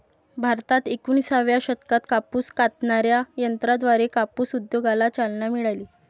भारतात एकोणिसाव्या शतकात कापूस कातणाऱ्या यंत्राद्वारे कापूस उद्योगाला चालना मिळाली